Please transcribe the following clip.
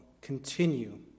continue